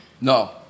No